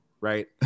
right